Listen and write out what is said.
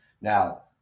Now